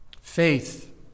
faith